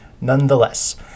nonetheless